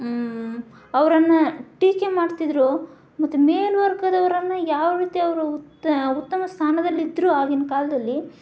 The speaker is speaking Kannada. ಅವರನ್ನ ಟೀಕೆ ಮಾಡ್ತಿದ್ದರು ಮತ್ತು ಮೇಲ್ವರ್ಗದವರನ್ನ ಯಾವ ರೀತಿ ಅವರು ಉತ್ತ್ ಉತ್ತಮ ಸ್ಥಾನದಲ್ಲಿ ಇದ್ದರೂ ಆಗಿನ ಕಾಲದಲ್ಲಿ